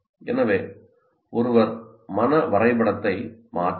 எனவே ஒருவர் மன வரைபடத்தை மாற்றலாம்